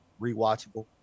rewatchable